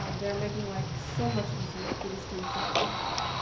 um they're making life so much easier for the students at libertyville.